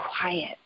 quiet